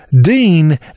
Dean